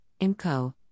IMCO